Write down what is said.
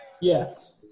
Yes